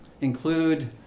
include